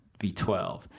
V12